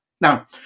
Now